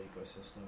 ecosystem